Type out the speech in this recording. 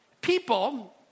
People